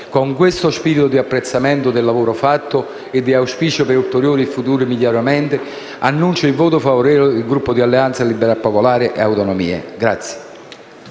Con questo spirito di apprezzamento del lavoro fatto, e di auspicio per ulteriori, futuri miglioramenti, annuncio il voto favorevole del Gruppo Alleanza Liberalpopolare e Autonomie.